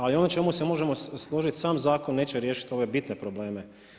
A i ono u čemu se možemo složiti sam zakon neće riješiti ove bitne probleme.